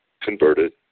converted